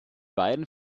beiden